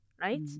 right